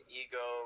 ego